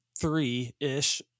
three-ish